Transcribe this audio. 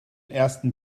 ersten